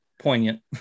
poignant